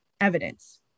evidence